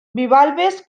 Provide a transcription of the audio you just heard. bivalves